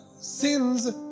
sins